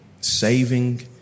saving